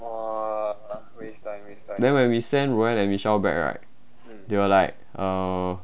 then when we send roanne and michelle back right they were like uh